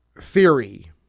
theory